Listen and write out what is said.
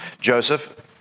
Joseph